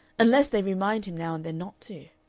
unless they remind him now and then not to.